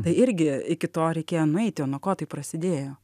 tai irgi iki to reikėjo nueiti o nuo ko tai prasidėjo